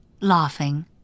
laughing